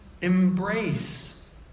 embrace